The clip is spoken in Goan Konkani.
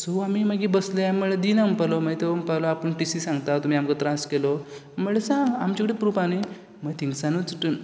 सो आमी मागीर बसले आमी म्हळें दिना म्हणपाक लागलो मागीर तो म्हणपाक लागलो आपूण टिसीक सांगता तुमी आमकां त्रास केलो म्हणलें सांग आमचे कडेन प्रूफ आह न्ही मागीर थिंगसानूच